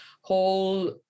whole